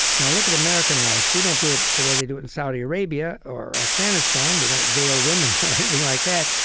now, look at american life. we don't do it the way they do it in saudi arabia or afghanistan. we don't veil women or anything like that,